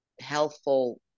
helpful